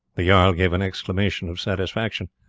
the jarl gave an exclamation of satisfaction,